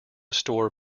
store